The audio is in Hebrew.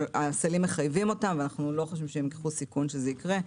הסלים מחייבים אותם ואנו לא חושבים שייקחו סיכון שזה יקרה.